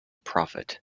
prophet